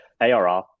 ARR